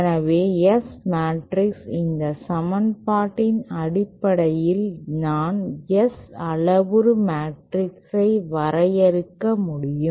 எனவே S matrix இந்த சமன்பாட்டின் அடிப்படையில் நான் S அளவுரு மேட்ரிக்ஸை வரையறுக்க முடியும்